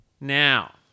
Now